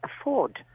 afford